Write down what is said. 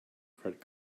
credit